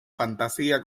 fantasía